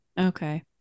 okay